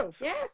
yes